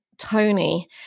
Tony